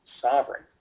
sovereign